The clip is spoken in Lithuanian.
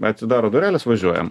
atsidaro durelės važiuojam